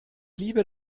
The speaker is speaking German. liebe